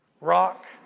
Rock